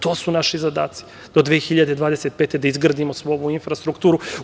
To su naši zadaci, do 2025. godine da izgradimo svu ovu infrastrukturu.